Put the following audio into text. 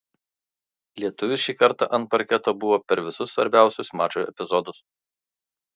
lietuvis šį kartą ant parketo buvo per visus svarbiausius mačo epizodus